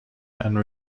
and